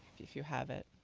if you have it.